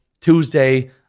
Tuesday